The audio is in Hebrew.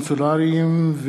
קונסולריים,